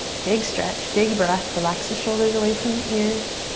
big stretch, big breath, relax the shoulders away from the ears.